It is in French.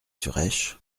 suresh